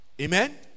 Amen